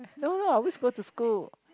no lah I always go to school